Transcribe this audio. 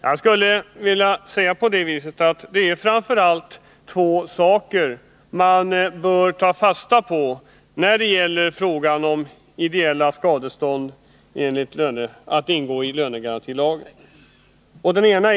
Jag skulle vilja säga: Det är framför allt två saker man bör ta fasta på när det gäller frågan, om ideella skadestånd bör omfattas av lönegarantilagen eller inte.